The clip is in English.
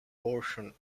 portion